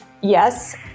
yes